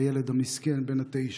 הילד המסכן בן התשע,